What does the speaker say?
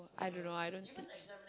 I don't know I don't teach